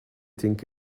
think